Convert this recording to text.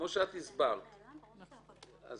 אז מה (ג)